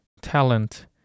talent